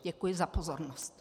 Děkuji za pozornost.